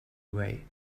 away